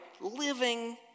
living